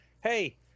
hey